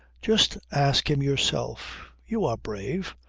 just ask him yourself. you are brave.